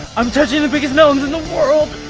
i'm touching the biggest melons in the world!